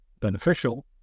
beneficial